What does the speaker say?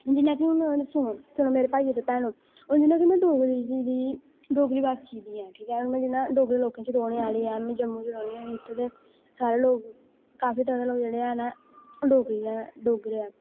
जियां कि हून सु मेरे भाश ते भैनो हून जियां की में डोगरी डोगरी बासी दी ऐं ठीक ऐ ह ज डोगरे लोकें रौह्ने आह्ली ऐं जम्मू च रौह् आह्लं इत्थें ते सारे लोक काफी लोक जेह्ड़े हैन डोग डोगरे ऐ